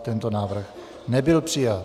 Tento návrh nebyl přijat.